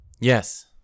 Yes